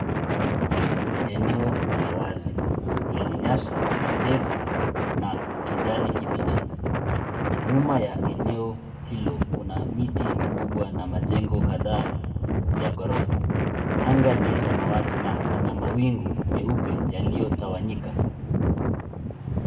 Eneo la wazi lenye nyasi ndefu na kijani kibichi. Nyuma ya eneo hilo kuna miti mikubwa na majengo kadhaa ya ghorofa. Anga ni ya samawati na ina mawingu meupe yaliyotawanyika.